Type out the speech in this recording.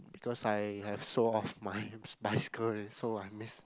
because I have sold off my bicycle already so I miss